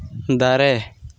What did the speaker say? ᱫᱟᱨᱮ